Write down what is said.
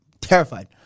terrified